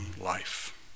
life